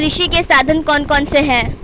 कृषि के साधन कौन कौन से हैं?